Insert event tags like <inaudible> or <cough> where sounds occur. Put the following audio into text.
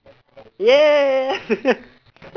yeah <laughs>